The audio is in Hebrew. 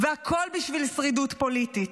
והכול בשביל שרידות פוליטית.